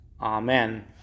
Amen